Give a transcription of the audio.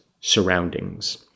surroundings